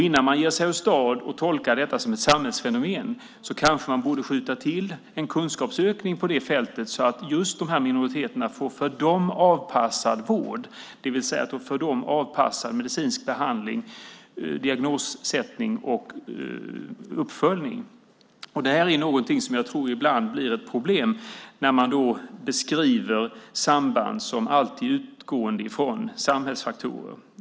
Innan man ger sig åstad och tolkar detta som ett samhällsfenomen kanske man borde skjuta till en kunskapsökning på det fältet så att just de här minoriteterna får för dem avpassad vård, det vill säga för dem avpassad medicinsk behandling, diagnossättning och uppföljning. Det här är någonting som jag tror ibland blir ett problem, när man beskriver samband som alltid utgående från samhällsfaktorer.